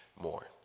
more